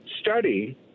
study